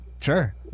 Sure